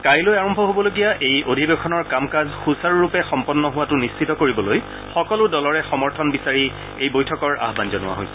কাইলৈ আৰম্ভ হ'বলগীয়া এই অধিৱেশনৰ কাম কাজ সুচাৰুৰূপে সম্পন্ন হোৱাটো নিশ্চিত কৰিবলৈ সকলো দলৰে সমৰ্থন বিচাৰি এই বৈঠক অনুষ্ঠিত হয়